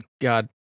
God